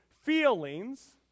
feelings